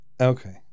Okay